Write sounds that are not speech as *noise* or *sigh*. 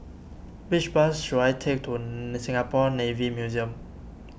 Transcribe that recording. which bus should I take to *hesitation* Singapore Navy Museum